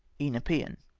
e. nepean.